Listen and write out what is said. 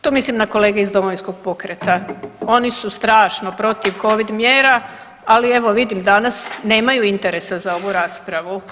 Tu mislim na kolege iz Domovinskog pokreta, oni su strašno protiv Covid mjera, ali evo, vidim danas, nemaju interesa za ovu raspravu.